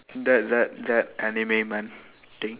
that that that anime men thing